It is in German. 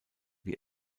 wie